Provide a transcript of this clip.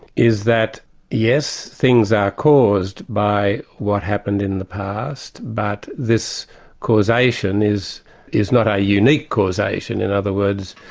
is that yes, things are caused by what happened in the past, but this causation is is not a unique causation. in other words,